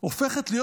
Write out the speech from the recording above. הופכת להיות